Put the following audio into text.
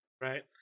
Right